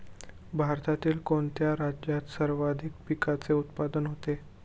भारतातील कोणत्या राज्यात सर्वाधिक पिकाचे उत्पादन होते?